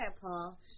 Paul